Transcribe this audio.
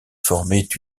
formaient